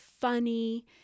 funny